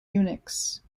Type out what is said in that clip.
unix